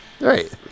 Right